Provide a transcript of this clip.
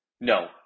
No